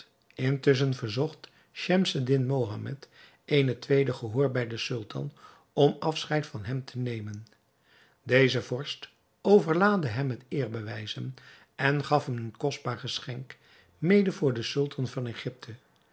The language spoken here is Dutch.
intusschen verzocht schemseddin mohammed een tweede gehoor bij den sultan om afscheid van hem te nemen deze vorst overlaadde hem met eerbewijzen en gaf hem een kostbaar geschenk mede voor den sultan van egypte